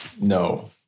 No